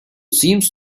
seems